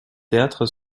théâtre